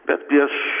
bet prieš